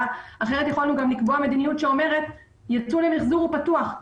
כי אחרת יכולנו גם לקבוע מדיניות שאומרת שיצוא למיחזור פתוח,